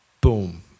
boom